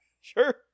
Sure